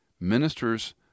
Ministers